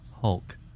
Hulk